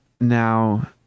Now